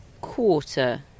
quarter